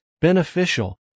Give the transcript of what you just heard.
beneficial